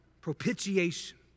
Propitiation